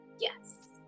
Yes